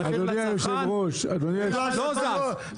המחיר לצרכן לא זז.